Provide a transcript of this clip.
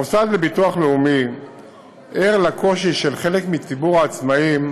המוסד לביטוח לאומי ער לקושי של חלק מציבור העצמאים